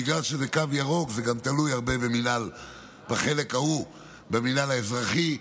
בגלל שזה קו ירוק זה גם תלוי בחלק ההוא הרבה במינהל האזרחי,